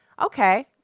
okay